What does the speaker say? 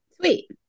Sweet